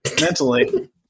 Mentally